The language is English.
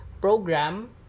program